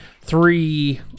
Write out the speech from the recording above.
three